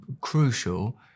crucial